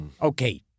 Okay